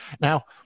Now